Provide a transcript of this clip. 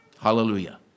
Hallelujah